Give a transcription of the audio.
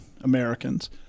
Americans